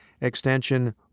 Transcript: extension